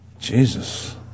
Jesus